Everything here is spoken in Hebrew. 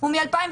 הוא מ-2015,